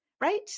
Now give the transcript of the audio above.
Right